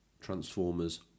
Transformers